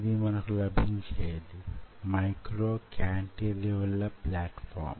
ఇది మనకు లభించేది మైక్రో కాంటిలివర్ ప్లాట్ఫారం